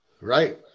right